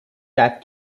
that